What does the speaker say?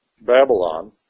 Babylon